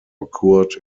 occurred